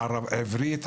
עברית,